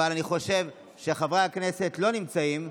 אבל אני חושב שחברי הכנסת לא נמצאים.